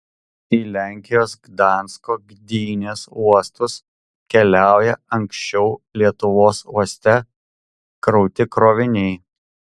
į lenkijos gdansko gdynės uostus keliauja anksčiau lietuvos uoste krauti kroviniai